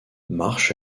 marsh